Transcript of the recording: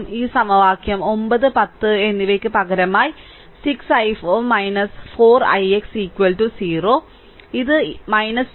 ഈ സമവാക്യം 9 10 എന്നിവയ്ക്ക് പകരമായി 6 i4 4 ix ' 0 ഇത് 20